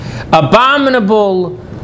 abominable